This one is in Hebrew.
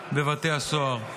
הכליאה בבתי הסוהר.